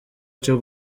cyo